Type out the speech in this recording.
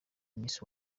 miss